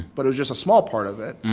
but it was just a small part of it.